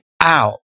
out